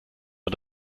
man